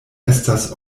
estas